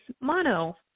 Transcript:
Mono